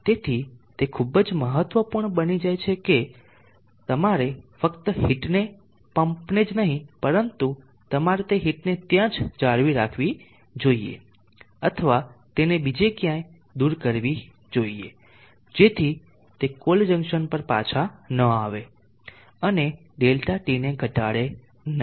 તેથી તે ખૂબ જ મહત્વપૂર્ણ બની જાય છે કે તમારે ફક્ત હીટને પંપ નેજ નહિ પરંતુ તમારે તે હીટને ત્યાં જ જાળવી રાખવી જોઈએ અથવા તેને બીજે ક્યાંય દૂર કરવી જોઈએ જેથી તે કોલ્ડ જંકશન પર પાછા ન આવે અને Δt ને ઘટાડે નહીં